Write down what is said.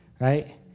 Right